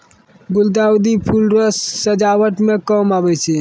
गुलदाउदी फूल रो सजावट मे काम आबै छै